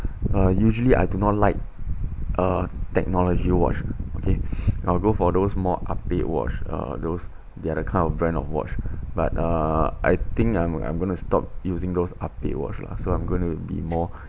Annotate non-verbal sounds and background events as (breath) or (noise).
uh usually I do not like uh technology watch okay (breath) I will go for those more update watch uh those they're the kind of brand of watch but uh I think I'm I'm going to stop using those update watch lah so I'm going to be more